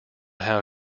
how